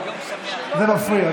זה מפריע.